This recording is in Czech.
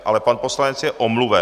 Ale pan poslanec je omluven.